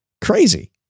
Crazy